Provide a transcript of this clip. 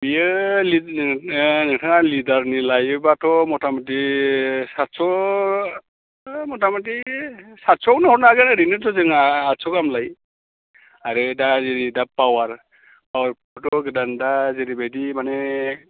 बेयो लि नोंथाङा लिडारनि लायोबाथ' मथा मथि साटस' मथा मथि साटस'आवनो हरनो हागोन ओरैनोथ' जोंना आटस' गाहाम लायो आरो दा जेरै दा पावार पावारखौथ' गोदान दा जेरैबादि माने